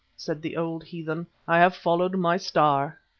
said the old heathen i have followed my star,